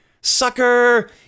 sucker